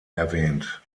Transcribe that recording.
erwähnt